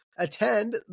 attend